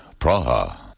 Praha